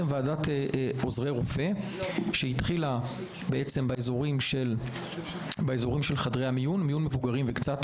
של עוזרי רופא באזורים של חדרי המיון וקצת